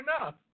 enough